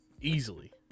Easily